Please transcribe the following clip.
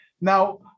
Now